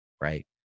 right